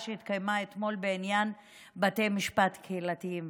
שהתקיימו אתמול בעניין בתי משפט קהילתיים,